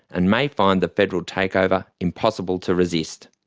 and may find the federal takeover impossible to resist.